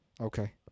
Okay